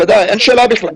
אין שאלה בכלל.